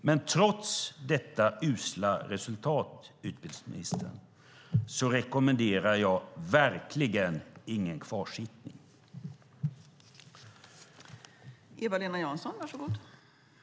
Men trots detta usla resultat rekommenderar jag verkligen ingen kvarsittning, utbildningsministern.